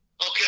Okay